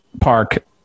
park